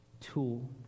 tool